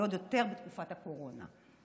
ועוד יותר בתקופת הקורונה.